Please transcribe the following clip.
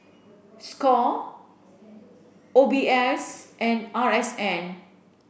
Score O B S and R S N